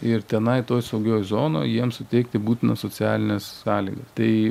ir tenai toj saugioj zonoj jiems suteikti būtinas socialines sąlygas tai